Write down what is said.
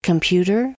Computer